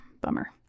Bummer